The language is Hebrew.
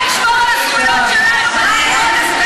את צריכה לשמור על הזכויות שלנו כחברי הכנסת.